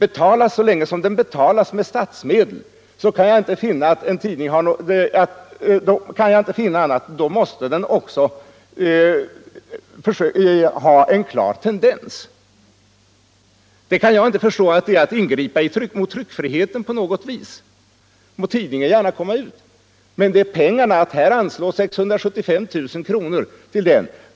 Skall den betalas med statsmedel kan jag inte finna annat än att den skall ha en klar positiv tendens. Jag kan inte förstå att det är att ingripa mot tryckfriheten på något sätt. Må tidningen gärna komma ut! Men det gäller pengarna, dvs. att vi här anslår 675 000 kr. till den. Än en gång!